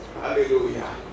hallelujah